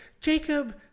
Jacob